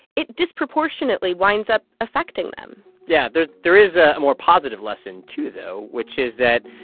it disproportionately winds up affecting them yeah. there there is a more positive lesson, too, though, which is that,